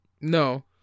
No